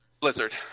Blizzard